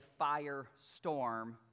firestorm